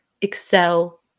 Excel